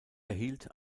erhielt